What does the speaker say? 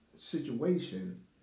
situation